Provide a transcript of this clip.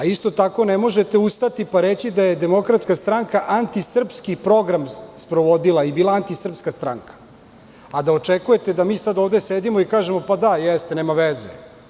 Isto tako, ne možete ustati pa reći da je DS antisrpski program sprovodila i bila antisrpska stranka, a da očekujete da mi sada ovde sedimo i kažemo - pa da, jeste, nema veze.